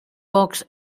box